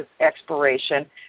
expiration